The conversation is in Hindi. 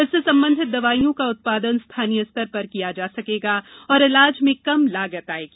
इससे संबंधित दवाइयों का उत्पादन स्थानीय स्तर पर किया जा सकेगा और इलाज में कम लागत आएगी